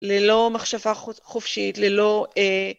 ללא מחשבה חופשית, ללא...